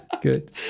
good